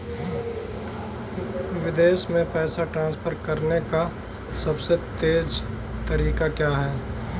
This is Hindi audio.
विदेश में पैसा ट्रांसफर करने का सबसे तेज़ तरीका क्या है?